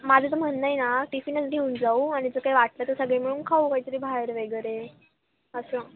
माझं तर म्हणणं आहे ना टिफिनच घेऊन जाऊ आणि जर काय वाटलं तर सगळे मिळून खाऊ कायतरी बाहेर वगैरे असं